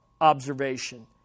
observation